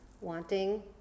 wanting